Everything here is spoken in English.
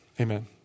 Amen